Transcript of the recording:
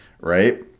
right